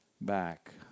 back